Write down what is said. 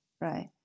right